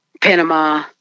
panama